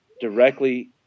directly